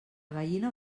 gallina